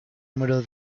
número